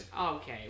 Okay